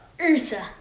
ursa